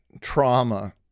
trauma